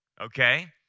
okay